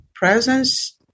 Presence